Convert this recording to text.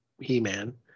he-man